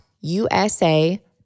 USA